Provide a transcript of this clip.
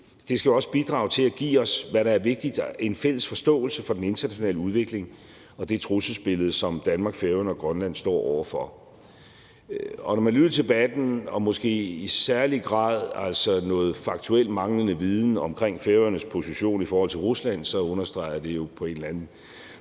det skal jo også bidrage til at give os – hvad der er vigtigt – en fælles forståelse for den internationale udvikling og det trusselsbillede, som Danmark, Færøerne og Grønland står over for. Og når man lytter til debatten og kan høre, at der måske i særlig grad er noget manglende faktuel viden omkring Færøernes position i forhold til Rusland, så understreger det jo altså på en eller anden